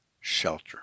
shelter